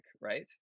right